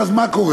ואז מה קורה?